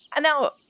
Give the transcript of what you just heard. Now